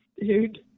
Dude